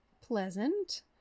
pleasant